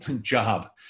job